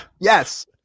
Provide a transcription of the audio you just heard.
Yes